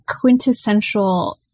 quintessential